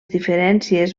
diferències